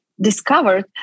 discovered